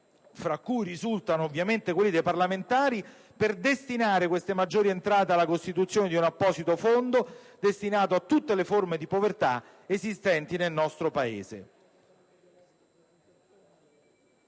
fra cui risultano ovviamente quelli dei parlamentari, per destinare queste maggiori entrate alla costituzione di un apposito fondo destinato a tutte le forme di povertà esistenti nel nostro Paese.